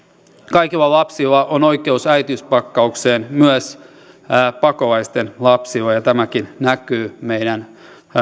kaikilla lapsilla on oikeus äitiyspakkaukseen myös pakolaisten lapsilla ja tämäkin näkyy meidän